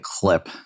clip